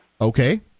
Okay